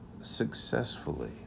successfully